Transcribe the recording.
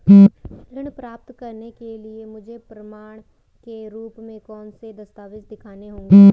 ऋण प्राप्त करने के लिए मुझे प्रमाण के रूप में कौन से दस्तावेज़ दिखाने होंगे?